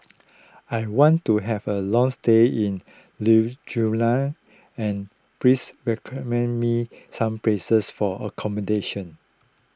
I want to have a long stay in and please recommend me some places for accommodation